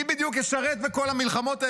מי בדיוק ישרת בכל המלחמות האלה?